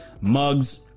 mugs